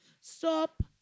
stop